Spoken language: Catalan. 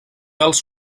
els